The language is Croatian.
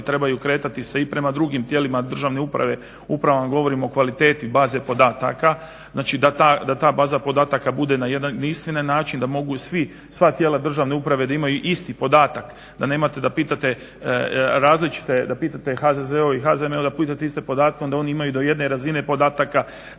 trebaju kretati se i prema drugim tijelima Državne uprave. Upravo vam govorim o kvaliteti bazi podataka znači da ta baza podataka bude na jedan jedinstveni način, da mogu svi, sva tijela Državne uprave da imaju isti podatak, da nemate da pitate različite, HZZO i HZMO iste podatke, onda oni imaju do jedne razine podataka.